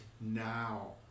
now